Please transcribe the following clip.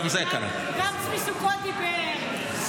גם צבי סוכות דיבר.